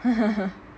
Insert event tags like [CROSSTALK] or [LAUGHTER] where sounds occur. [LAUGHS]